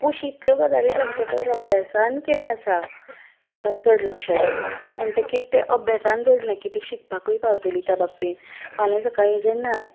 कुशींतल्यो गजाली सांगचे परस अभ्यासान कितें आसा हातून चड लक्ष आसता म्हणटकच तें अभ्यासांत जोडलें की तीं शिकपाकूय पावतलीं त्या बाबतीन फाल्यां सकाळीं जेन्ना